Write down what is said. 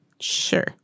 sure